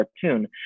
cartoon